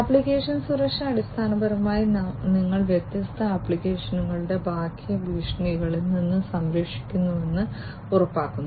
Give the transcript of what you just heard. application സുരക്ഷ അടിസ്ഥാനപരമായി നിങ്ങൾ വ്യത്യസ്ത ആപ്ലിക്കേഷനുകളെ ബാഹ്യ ഭീഷണികളിൽ നിന്ന് സംരക്ഷിക്കുന്നുവെന്ന് ഉറപ്പാക്കുന്നു